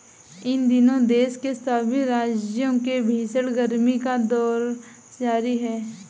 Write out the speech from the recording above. इन दिनों देश के सभी राज्यों में भीषण गर्मी का दौर जारी है